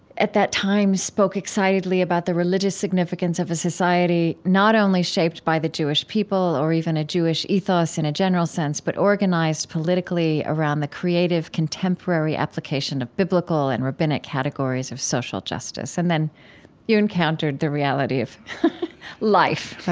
at that time, spoke excitedly about the religious significance of a society not only shaped by the jewish people, or even a jewish ethos in a general sense, but organized politically around the creative contemporary application of biblical and rabbinic categories of social justice. and then you encountered the reality of life,